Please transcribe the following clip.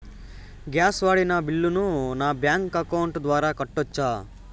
Gas వాడిన బిల్లును నా బ్యాంకు అకౌంట్ ద్వారా కట్టొచ్చా?